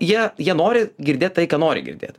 jie jie nori girdėt tai ką nori girdėt